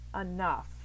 enough